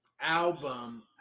album